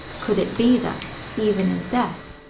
could it be that, even in death,